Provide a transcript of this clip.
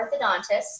orthodontist